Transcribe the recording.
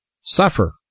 suffer